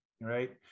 right